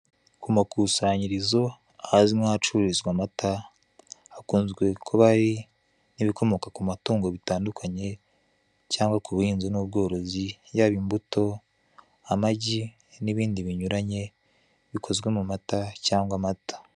Ku makusanyirizo ahazwi nk'ahacururizwa amata hakunzwe kuba hari nk'ibikomoka kumatungo bitandukanye cyangwa kubuhinzi n'ubworozi, yaba imbuto, amagi n'ibindi binyuranye bikozwe mumata cyangwa amata.